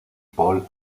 paul